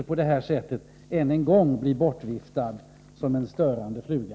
Jag vill inte ännu en gång bli bortviftad som en störande fluga.